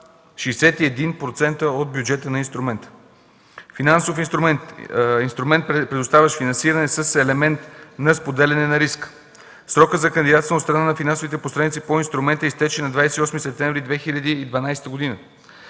61% от бюджета на инструмента. Финансов инструмент „Предоставящ финансиране с елемент на споделяне на риска”. Срокът за кандидатстване от страна на финансовите посредници по инструмента изтече на 28 септември 2012 г.